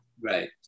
Right